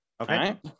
okay